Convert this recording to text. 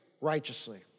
righteously